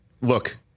Look